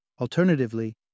Alternatively